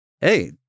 Hey